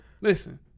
listen